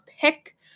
pick